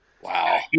Wow